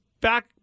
back